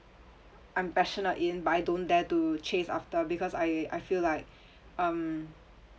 I'm passionate in but I don't dare to chase after because I I feel like um